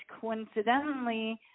coincidentally